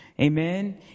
Amen